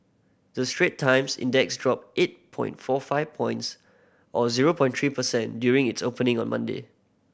the Straits Times Index dropped eight point four five points or zero point three per cent during its opening on Monday